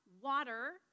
water